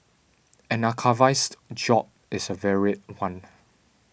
an archivist's job is a varied one